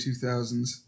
2000s